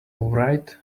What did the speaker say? write